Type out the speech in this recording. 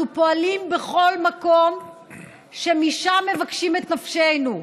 אנחנו פועלים בכל מקום שמשם מבקשים את נפשנו,